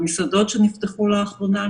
לדוגמה המסעדות שנפתחו לאחרונה.